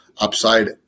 upside